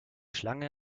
schlange